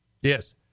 Yes